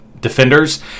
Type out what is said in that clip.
defenders